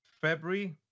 February